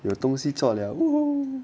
有东西做